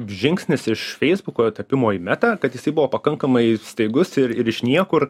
žingsnis iš feisbuko tapimo į meta kad jisai buvo pakankamai staigus ir ir iš niekur